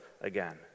again